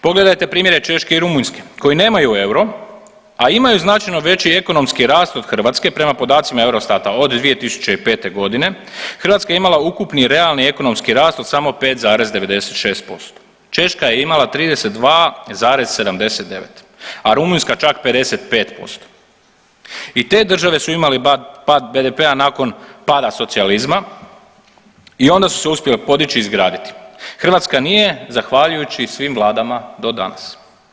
Pogledajte primjere Češke i Rumunjske koji nemaju euro, a imaju značajno veći ekonomski rast od Hrvatske, prema podacima eurostata od 2005.g. Hrvatska je imala ukupni realni ekonomski rast od samo 5,96%, Češka je imala 32,79, a Rumunjska čak 55% i te države su imale pad BDP-a nakon pada socijalizma i onda su se uspjele podići i izraditi, Hrvatska nije zahvaljujući svim vladama do danas.